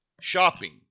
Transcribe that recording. shopping